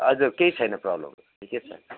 हजुर केही छैन प्रब्लम ठिकै छ